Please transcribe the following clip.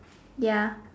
ya